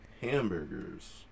Hamburgers